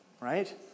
Right